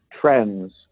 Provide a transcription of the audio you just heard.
trends